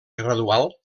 gradual